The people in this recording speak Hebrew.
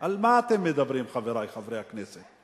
על מה אתם מדברים, חברי חברי הכנסת?